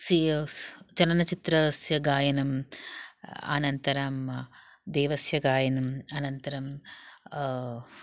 C S चलनचित्रस्य गायनम् अनन्तरं देवस्य गायनम् अनन्तरं